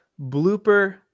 blooper